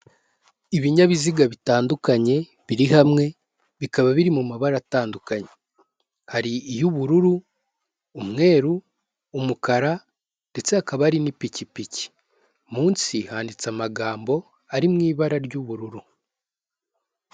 Ibinyabiziga bitandukanye biri hamwe, bikaba biri mu mabara atandukanye, hari iy'ubururu, umweru, umukara, ndetse hakaba hari n'ipikipiki, munsi handitse amagambo ari mu ibara ry'ubururu.